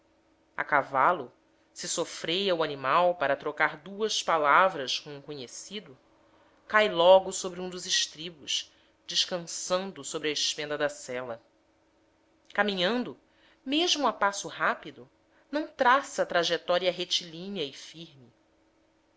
a cavalo se sofreia o animal para trocar duas palavras com um conhecido cai logo sobre um dos estribos descansando sobre a espenda da sela caminhando mesmo a passo rápido não traça trajetória retilínea e firme